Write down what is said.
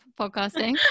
podcasting